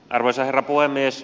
arvoisa herra puhemies